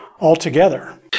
altogether